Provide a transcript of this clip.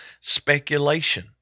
speculation